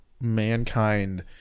mankind